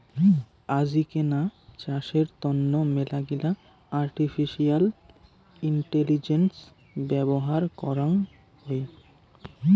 আজিকেনা চাষের তন্ন মেলাগিলা আর্টিফিশিয়াল ইন্টেলিজেন্স ব্যবহার করং হই